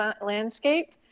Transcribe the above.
landscape